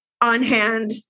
on-hand